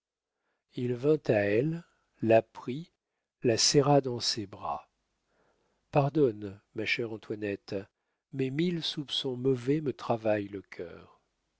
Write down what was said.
il vint à elle la prit la serra dans ses bras pardonne ma chère antoinette mais mille soupçons mauvais me travaillent le cœur